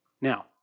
Now